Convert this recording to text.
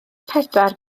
pedwar